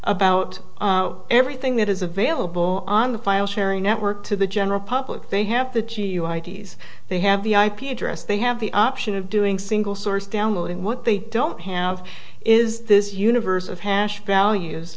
about everything that is available on the file sharing network to the general public they have that you ids they have the ip address they have the option of doing single source downloading what they don't have is this universe of hash values